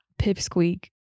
pipsqueak